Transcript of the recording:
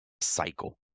cycle